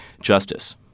justice